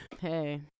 Hey